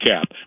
cap